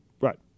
right